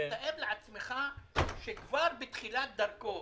תאר לעצמך שכבר בתחילת דרכו